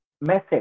message